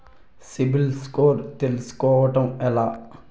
CIBIL score తెల్సుకోటం ఎలా?